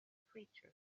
creature